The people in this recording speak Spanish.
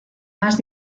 más